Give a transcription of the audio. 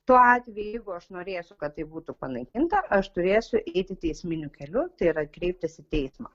tuo atveju jeigu aš norėsiu kad tai būtų panaikinta aš turėsiu eiti teisminiu keliu tai yra kreiptis į teismą